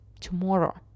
tomorrow